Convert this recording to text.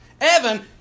Evan